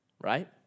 right